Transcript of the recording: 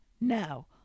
now